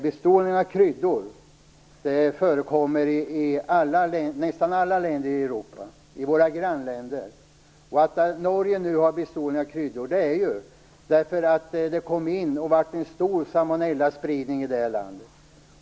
Bestrålning av kryddor förekommer i nästan alla länder i Europa, även i våra grannländer. Att Norge nu har bestrålade kryddor är för att det där kom in kryddor som ledde till en stor salmonellaspridning i landet.